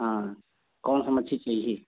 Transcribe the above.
हाँ कौनसी मछली चाहिए